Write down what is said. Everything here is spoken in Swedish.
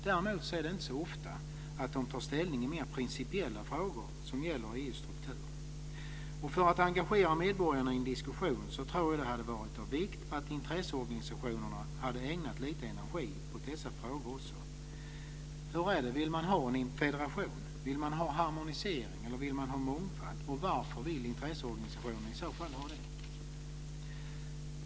Däremot tar de inte så ofta ställning i mer principiella frågor som gäller EU:s struktur. För att engagera medborgarna i en diskussion hade det varit av vikt att intresseorganisationerna hade ägnat lite energi åt dessa frågor också. Vill man ha en federation? Vill man ha harmonisering eller mångfald? Varför vill intresseorganisationerna ha det, i så fall?